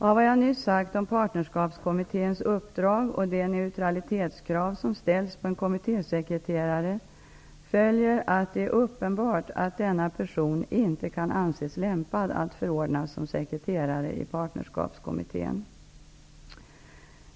Av vad jag nyss sagt om Partnerskapskommitténs uppdrag och det neutralitetskrav som ställs på en kommittésekreterare följer att det är uppenbart att denna person inte kan anses lämpad att förordnas som sekreterare i partnerskapskommittén.